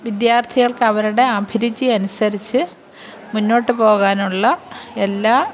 വിദ്യര്ത്ഥികള്ക്ക് അവരുടെ അഭിരുചി അനുസരിച്ചു മുന്നോട്ടു പോകാനുള്ള എല്ലാ